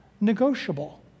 negotiable